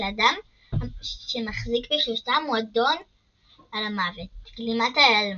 שהאדם שמחזיק בשלושתם הוא אדון על המוות – גלימת ההיעלמות,